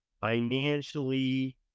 financially